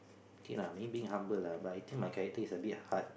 K lah maybe humble lah but I think my character is a bit hard